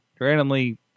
randomly